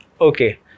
okay